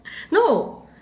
no